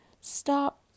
stop